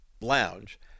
lounge